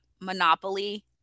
monopoly